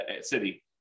city